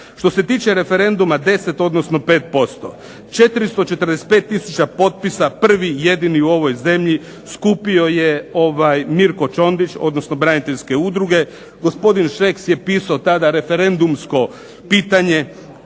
Što se tiče referenduma 10, odnosno 5%, 445 tisuća potpisa prvi jedini u ovoj zemlji skupio je Mirko Čondić, odnosno braniteljske udruge. Gospodin Šeks je pisao tada referendumsko pitanje.